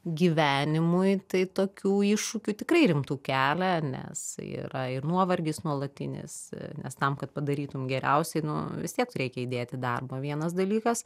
gyvenimui tai tokių iššūkių tikrai rimtų kelią nes yra ir nuovargis nuolatinis nes tam kad padarytum geriausiai nu vis tiek reikia įdėti darbo vienas dalykas